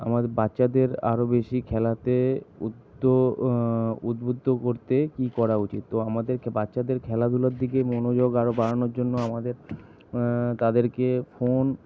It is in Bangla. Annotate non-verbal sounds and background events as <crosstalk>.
আমার বাচ্চাদের আরও বেশি খেলাতে উদ্দ <unintelligible> উদ্বুদ্ধ করতে কি করা উচিত তো আমাদেরকে বাচ্চাদের খেলাধুলোর দিকে মনোযোগ আরও বাড়ানোর জন্য আমাদের তাদেরকে ফোন